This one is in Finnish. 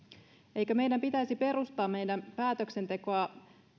eikö meidän pitäisi perustaa meidän päätöksentekoamme